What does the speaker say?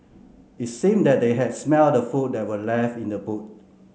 it seemed that they had smelt the food that were left in the boot